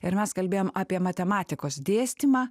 ir mes kalbėjom apie matematikos dėstymą